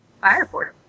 Fireboard